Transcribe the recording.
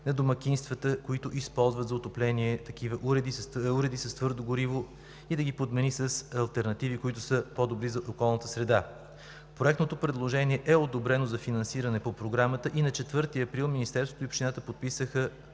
на домакинствата, които използват за отопление такива уреди с твърдо гориво, и да ги подмени с алтернативи, които са по-добри за околната среда. Проектното предложение по Програмата е одобрено за финансиране и на 4 април Министерството и Общината подписаха